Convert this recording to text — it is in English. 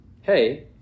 Hey